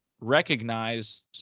recognize